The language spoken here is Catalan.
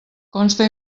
consta